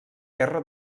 guerra